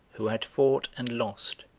who had fought and lost,